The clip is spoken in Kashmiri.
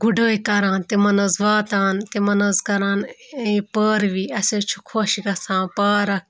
گُڈٲے کَران تِمَن حظ واتان تِمَن حظ کَران یہِ پٲروِی اَسہِ حظ چھِ خۄش گژھان پارک